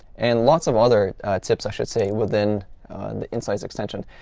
and lots of other tips, i should say, within the insights extension.